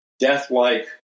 death-like